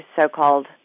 so-called